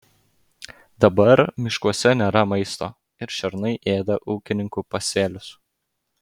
dabar miškuose nėra maisto ir šernai ėda ūkininkų pasėlius